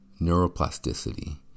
neuroplasticity